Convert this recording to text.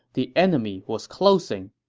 the enemy was closing.